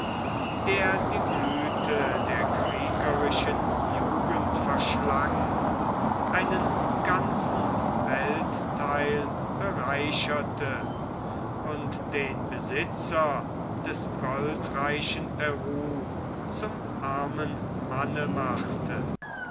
der die blüthe der kriegerischen jugend verschlang einen ganzen welttheil bereicherte und den besitzer des goldreichen peru zum armen manne machte